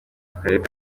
akarere